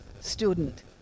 student